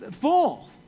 full